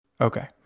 Okay